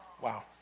Wow